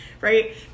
right